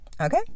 Okay